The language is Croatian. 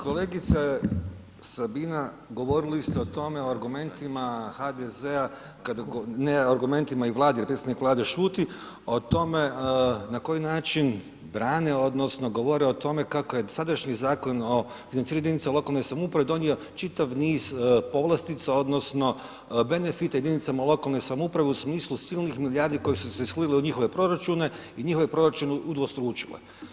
Kolegica Sabina govorili ste o tome o argumentima HDZ-a kada, ne argumentima i Vladi jer predsjednik Vlade šuti, o tome na koji način brane odnosno govore o tome kako je sadašnji Zakon o financiranju jedinica lokalne samouprave donio čitav niz povlastica odnosno benefita jedinicama lokalne samouprave u smislu silnih milijardi koje su se slile u njihove proračune i njihove proračune udvostručile.